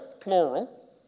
plural